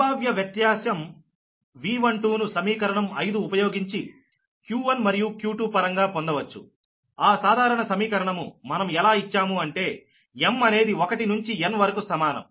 సంభావ్య వ్యత్యాసం V12 ను సమీకరణం 5 ఉపయోగించి q1 మరియు q2 పరంగా పొందవచ్చుఆ సాధారణ సమీకరణము మనం ఎలా ఇచ్చాము అంటే m అనేది 1 నుంచి n వరకు సమానం